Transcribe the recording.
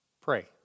Pray